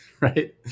right